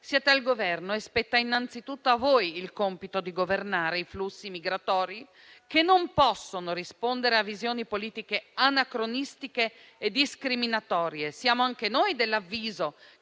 Siete al Governo e spetta innanzitutto a voi il compito di governare i flussi migratori, che non possono rispondere a visioni politiche anacronistiche e discriminatorie. Siamo anche noi dell'avviso